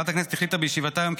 ועדת הכנסת החליטה בישיבתה היום כי